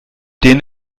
den